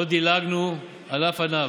לא דילגנו על שום ענף.